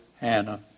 Hannah